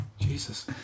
Jesus